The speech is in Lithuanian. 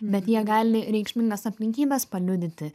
bet jie gali reikšmingas aplinkybes paliudyti